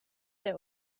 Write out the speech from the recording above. der